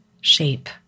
shape